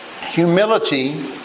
Humility